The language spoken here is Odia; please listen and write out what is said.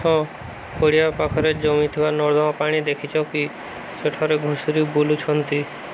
ହଁ ପଡ଼ିଆ ପାଖରେ ଜମିଥିବା ନର୍ଦ୍ଦମା ପାଣି ଦେଖିଛ କି ସେଠାରେ ଘୁଷୁରି ବୁଲୁଛନ୍ତି